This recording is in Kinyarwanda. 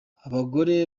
abagore